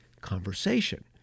conversation